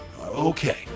Okay